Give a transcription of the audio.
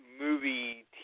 movie